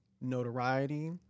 notoriety